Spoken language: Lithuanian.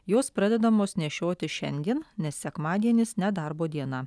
jos pradedamos nešioti šiandien nes sekmadienis nedarbo diena